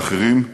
ואחרים,